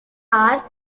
are